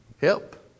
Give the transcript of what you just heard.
Help